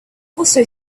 also